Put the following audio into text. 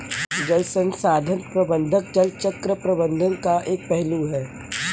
जल संसाधन प्रबंधन जल चक्र प्रबंधन का एक पहलू है